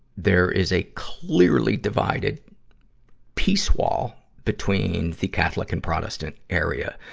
there is a clearly divided peace wall between the catholic and protestant area.